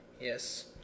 Yes